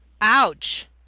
Ouch